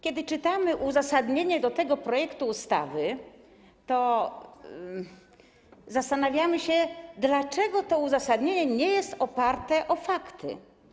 Kiedy czytamy uzasadnienie tego projektu ustawy, to zastanawiamy się, dlaczego to uzasadnienie nie jest oparte o fakty.